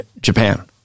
Japan